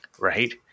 Right